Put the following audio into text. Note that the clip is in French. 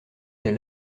des